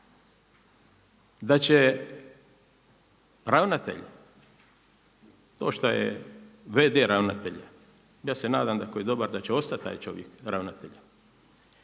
da će ravnatelj, to šta je v.d. ravnatelja, ja se nadam ako je dobar da će ostati taj čovjek ravnatelj,